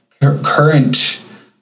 current